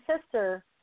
sister